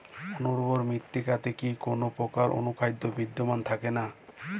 অনুর্বর মৃত্তিকাতে কি কোনো প্রকার অনুখাদ্য বিদ্যমান থাকে না?